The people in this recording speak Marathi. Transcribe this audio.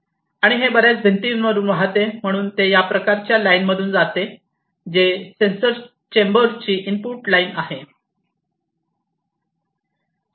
आणि हे बर्याच भिंतींवरुन वाहते म्हणून ते या प्रकारच्या लाईन मधून जाते जे सेन्सर चेंबरची इनपुट लाइन आहे